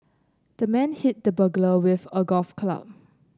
the man hit the burglar with a golf club